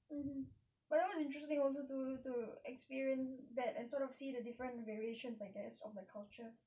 mmhmm but it was interesting also to to experience that and sort of see the different variations I guess on the culture